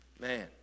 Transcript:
Man